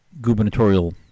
gubernatorial